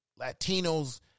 Latinos